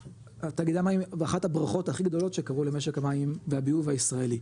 תאגידי המים זה אחת הברכות הכי גדולות שקרו למשק המים והביוב הישראלי,